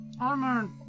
armor